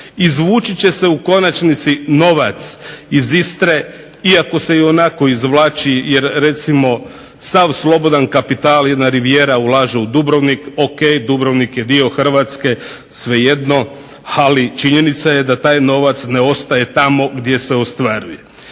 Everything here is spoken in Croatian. izvući će se novac iz Istre iako se ionako izvlači jer sav slobodan kapital, jedna rivijera ulaže u Dubrovnik, Dubrovnik je dio Hrvatske svejedno ali činjenica da taj novac ostaje tamo gdje se ostvaruje